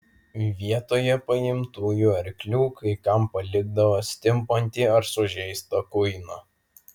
vietoje paimtųjų arklių kai kam palikdavo stimpantį ar sužeistą kuiną